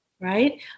right